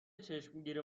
چشمگیر